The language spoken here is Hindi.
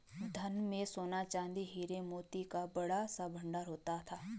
धन में सोना, चांदी, हीरा, मोती का बड़ा सा भंडार होता था